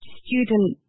student